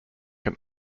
can